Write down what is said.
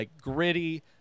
gritty